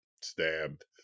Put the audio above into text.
stabbed